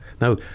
Now